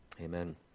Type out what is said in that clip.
Amen